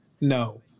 no